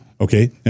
Okay